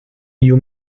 you